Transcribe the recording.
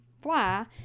fly